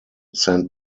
saint